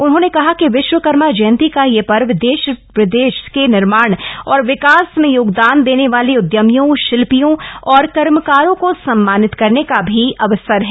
उन्होंने कहा कि विश्वकर्मा जयंती का यह पर्व देश प्रदेश के निर्माण और विकास में योगदान देने वाले उद्यमियों शिल्पियों और कर्मकारों को सम्मानित करने का भी अवसर है